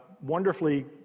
wonderfully